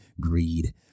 greed